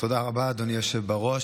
תודה רבה, אדוני היושב בראש.